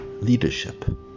leadership